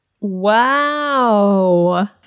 Wow